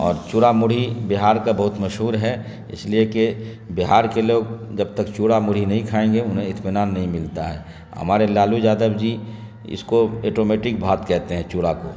اور چوڑا موڑھی بہار کا بہت مشہور ہے اس لیے کہ بہار کے لوگ جب تک چوڑا موڑھی نہیں کھائیں گے انہیں اطمینان نہیں ملتا ہے ہمارے لالو یادو جی اس کو آٹومیٹک بھات کہتے ہیں چوڑا کو